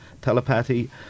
telepathy